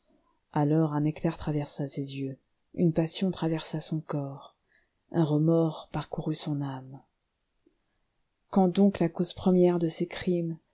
alors un éclair traversa ses yeux une passion traversa son coeur un remords parcourut son âme quand donc la cause première de ses crimes